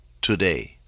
today